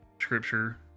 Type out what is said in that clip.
scripture